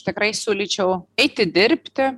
tikrai siūlyčiau eiti dirbti